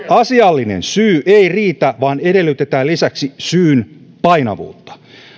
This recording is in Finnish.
asiallinen syy ei riitä vaan edellytetään lisäksi syyn painavuutta